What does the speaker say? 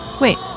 Wait